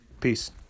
Peace